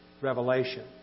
revelation